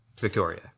Victoria